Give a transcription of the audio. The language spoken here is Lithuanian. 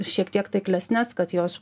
šiek tiek taiklesnes kad jos